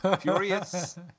Furious